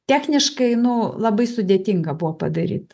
techniškai nu labai sudėtinga buvo padaryt